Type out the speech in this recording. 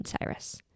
Cyrus